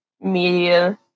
media